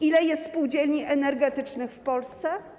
Ile jest spółdzielni energetycznych w Polsce?